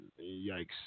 Yikes